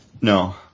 no